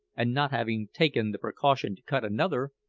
and not having taken the precaution to cut another,